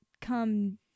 come